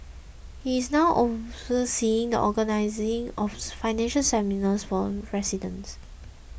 he is now overseeing the organising of financial seminars for residents